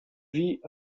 vit